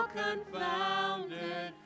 confounded